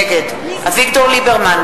נגד אביגדור ליברמן,